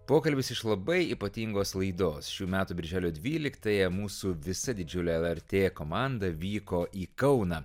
pokalbis iš labai ypatingos laidos šių metų birželio dvyliktąją mūsų visa didžiulė lrt komanda vyko į kauną